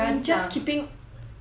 rubbish at your house